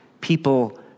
people